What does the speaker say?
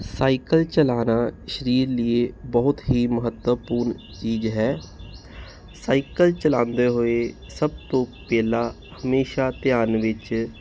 cycle ਚਲਾਉਣਾ ਸਰੀਰ ਲਈ ਬਹੁਤ ਹੀ ਮਹੱਤਵਪੂਰਨ ਚੀਜ਼ ਹੈ ਸਾਈਕਲ ਚਲਾਉਂਦੇ ਹੋਏ ਸਭ ਤੋਂ ਪਹਿਲਾਂ ਹਮੇਸ਼ਾ ਧਿਆਨ ਵਿੱਚ